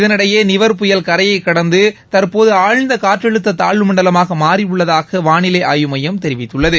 இதனிடையே நிவர் புயல் கரையை கடந்து தற்போது ஆழ்ந்த் னற்றழுத்த தாழ்வு மண்டலமாக மாறியுள்ளதாக வானிலை மையம் தெரிவித்துள்ளது